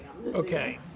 Okay